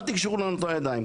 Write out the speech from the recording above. אל תקשרו לנו את הידיים.